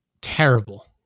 terrible